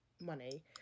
money